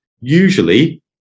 Usually